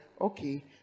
okay